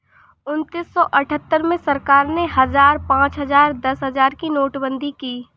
उन्नीस सौ अठहत्तर में सरकार ने हजार, पांच हजार, दस हजार की नोटबंदी की